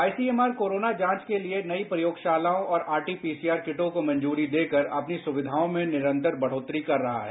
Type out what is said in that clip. ICMR corona जांच के लिए नई प्रयोगशालाओं और आरटी पीसीआर किटों को मंजूरी देकर अपनी सुक्वियों में निरंतर बढ़ोतरी कर रहा है